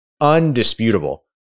undisputable